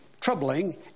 troubling